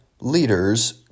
leader's